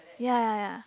ya ya ya